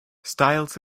styles